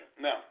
Now